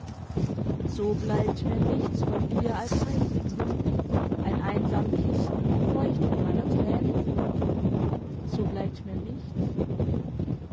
so bleibt mir nichts von dir als heisse glut ein einsam kissen feucht von meiner tränenflut so bleibt mir nichts